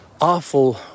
Awful